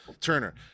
Turner